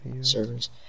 servers